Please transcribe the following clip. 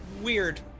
weird